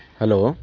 hello